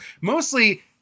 mostly